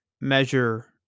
measure